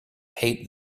hate